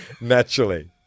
naturally